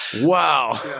Wow